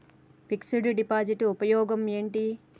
Fix డ్ deposit ఉపయోగం ఏంటి?